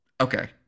Okay